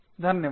धन्यवाद